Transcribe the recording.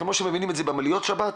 כמו שמבינים את זה במעליות שבת,